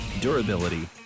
Durability